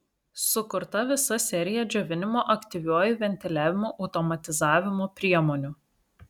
sukurta visa serija džiovinimo aktyviuoju ventiliavimu automatizavimo priemonių